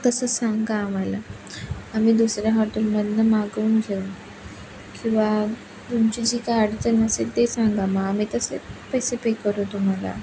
तर तसं सांगा आम्हाला आम्ही दुसऱ्या हॉटेलमधनं मागवून घेऊ किंवा तुमची जी काय अडचण असेल ते सांगा मग आम्ही तसे पैसे पे करू तुम्हाला